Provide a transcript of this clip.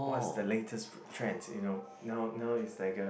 what's the latest food trends you know now now it's like a